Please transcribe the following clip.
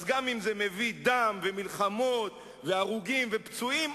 אז גם אם זה מביא דם ומלחמות והרוגים ופצועים,